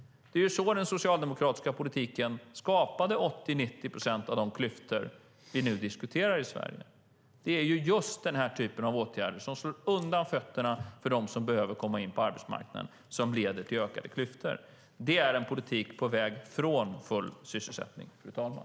Det är så den socialdemokratiska politiken skapade 80-90 procent av de klyftor vi nu diskuterar i Sverige. Det är den typen av åtgärder som slår undan fötterna för dem som behöver komma in på arbetsmarknaden och som leder till ökade klyftor. Det är en politik på väg bort från full sysselsättning, fru talman.